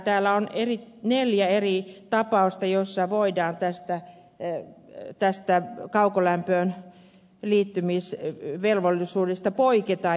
täällä on neljä eri tapausta joissa voidaan tästä kaukolämpöön liittymisvelvollisuudesta poiketa